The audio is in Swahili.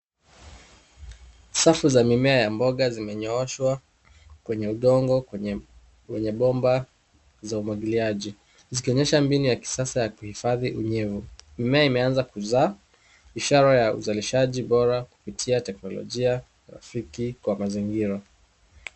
Safu za mimea ya mboga zimenyooshwa kwenye udongo wenye bomba za umwagiliaji, zikionyesha mbinu ya kisasa ya kuhifadhi unyevu. Mimea imeanza kuzaa, ishara ya uzalishaji bora kupitia teknolojia rafiki kwa mazingira.